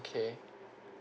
okay